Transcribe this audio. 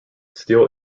steel